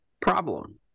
problem